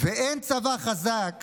ואין צבא חזק